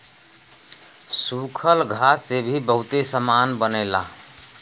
सूखल घास से भी बहुते सामान बनेला